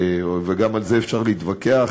וגם על זה אפשר להתווכח,